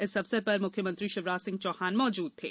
इस अवसर पर मुख्यमंत्री शिवराज सिंह चौहान मौजूद थे